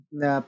na